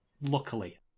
luckily